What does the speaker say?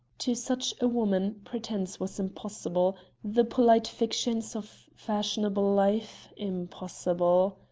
to such a woman pretence was impossible, the polite fictions of fashionable life impossible.